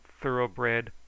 thoroughbred